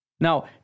Now